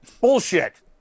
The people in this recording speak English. Bullshit